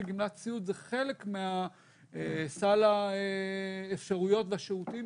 שגמלת סיעוד זה חלק מסל האפשרויות והשירותים